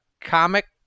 comic